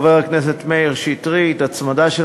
של חבר הכנסת מאיר שטרית והצמדה של